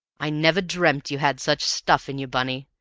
i never dreamt you had such stuff in you, bunny!